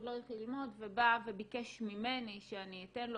עוד לא התחיל ללמוד והוא בא וביקש ממני שאני אתן לו